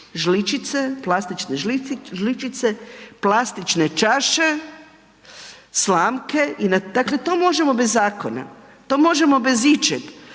plastične žličice, plastične čaše, slamke, dakle to možemo bez zakona, to možemo bez ičeg.